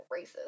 racist